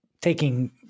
taking